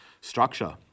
structure